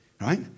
right